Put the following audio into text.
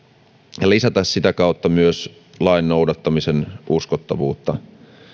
ja lisätä sitä kautta myös lain noudattamisen uskottavuutta